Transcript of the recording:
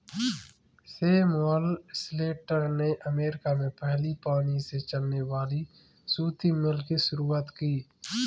Samuel Slater ने America में पहली पानी से चलने वाली सूती मिल की शुरुआत की